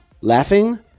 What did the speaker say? laughing